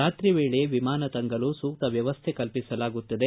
ರಾತ್ರಿ ವೇಳೆ ವಿಮಾನ ತಂಗಲು ಸೂಕ್ತ ವ್ವವಸ್ಥೆ ಕಲ್ಪಿಸಲಾಗುತ್ತಿದೆ